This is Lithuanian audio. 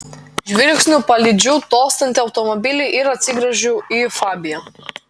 žvilgsniu palydžiu tolstantį automobilį ir atsigręžiu į fabiją